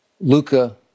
Luca